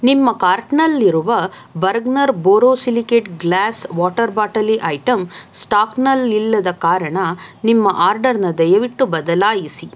ನಿಮ್ಮ ಕಾರ್ಟ್ನಲ್ಲಿರುವ Bergner borosilicate glass water ಬಾಟಲಿ ಐಟಂ ಸ್ಟಾಕ್ನಲ್ಲಿಲ್ಲದ ಕಾರಣ ನಿಮ್ಮ ಆರ್ಡರನ್ನು ದಯವಿಟ್ಟು ಬದಲಾಯಿಸಿ